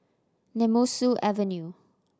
Nemesu Avenue